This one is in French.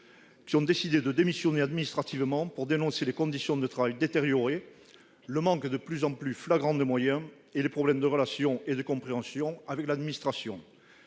qui ont démissionné de leurs fonctions administratives pour dénoncer les conditions de travail détériorées, le manque de plus en plus flagrant de moyens et les problèmes de relations et de compréhension avec l'administration.